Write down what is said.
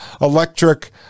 electric